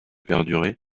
perdurer